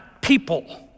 people